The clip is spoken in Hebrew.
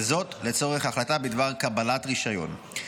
וזאת לצורך החלטה בדבר קבלת רישיון,